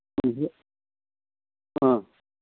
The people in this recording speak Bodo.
बिदि अ